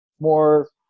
more